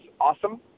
awesome